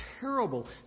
terrible